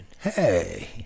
hey